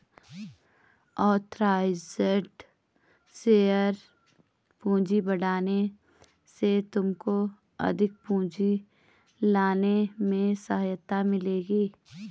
authorised share पूंजी बढ़ाने से तुमको अधिक पूंजी लाने में सहायता मिलेगी